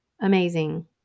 amazing